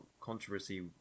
controversy